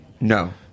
No